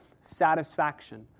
satisfaction